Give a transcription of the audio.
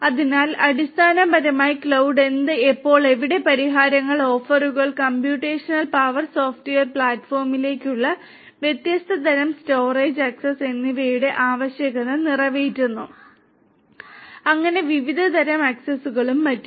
അതിനാൽ അടിസ്ഥാനപരമായി ക്ലൌഡ് എന്ത് എപ്പോൾ എവിടെ പരിഹാരങ്ങൾ ഓഫറുകൾ കമ്പ്യൂട്ടേഷണൽ പവർ സോഫ്റ്റ്വെയർ പ്ലാറ്റ്ഫോമിലേക്കുള്ള വ്യത്യസ്ത തരം സ്റ്റോറേജ് ആക്സസ് എന്നിവയുടെ ആവശ്യകത നിറവേറ്റുന്നു അങ്ങനെ വിവിധ തരം ആക്സസ്സുകളും മറ്റും